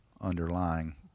underlying